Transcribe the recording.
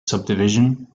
subdivision